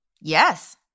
Yes